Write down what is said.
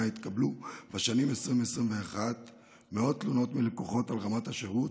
התקבלו בשנים 2021-2020 מאות תלונות מלקוחות על רמת השירות,